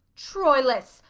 troilus!